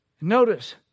Notice